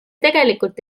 tegelikult